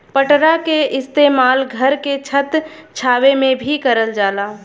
पटरा के इस्तेमाल घर के छत छावे में भी करल जाला